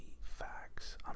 facts